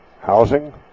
housing